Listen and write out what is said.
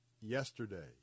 yesterday